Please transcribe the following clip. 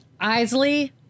Isley